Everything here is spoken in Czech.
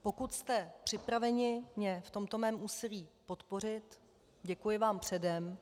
Pokud jste připraveni mě v tomto mém úsilí podpořit, děkuji vám předem.